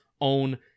own